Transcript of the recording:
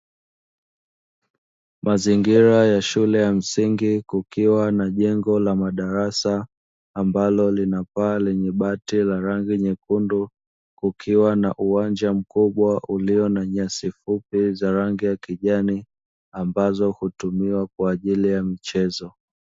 Mazingira ya shule ya msingi kukiwa na jengo la madarasa ambalo lina paa lenye bati la rangi nyekundu, kukiwa na uwanja mkubwa uliyo na nyasi fupi za rangi ya kijani ambazo hutumiwa kwa ajili ya michezo.